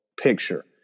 picture